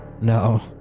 no